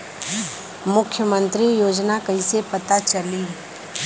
मुख्यमंत्री योजना कइसे पता चली?